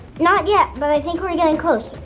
not yet, but i think we're getting close.